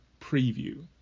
preview